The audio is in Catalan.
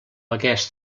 aquest